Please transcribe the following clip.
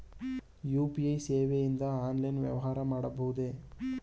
UPI ಸೇವೆಯಿಂದ online ವ್ಯವಹಾರ ಮಾಡಬಹುದೇ?